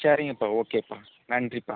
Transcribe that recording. சரிங்கப்பா ஓகேப்பா நன்றிப்பா